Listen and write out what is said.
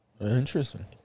interesting